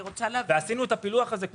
עשינו את הפילוח הזה,